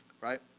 right